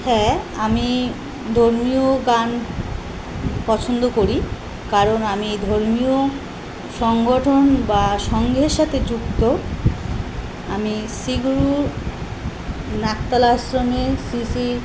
হ্যাঁ আমি ধর্মীয় গান পছন্দ করি কারণ আমি ধর্মীয় সংগঠন বা সঙ্ঘের সাথে যুক্ত আমি শী গুরু নাকতলার সঙ্গে শ্রী শ্রী